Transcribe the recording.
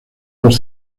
dos